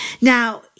Now